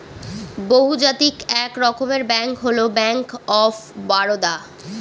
বহুজাতিক এক রকমের ব্যাঙ্ক হল ব্যাঙ্ক অফ বারদা